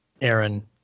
Aaron